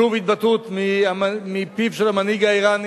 שוב התבטאות מפיו של המנהיג האירני